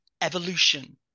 evolution